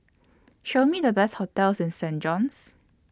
Show Me The Best hotels in Saint John's